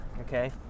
Okay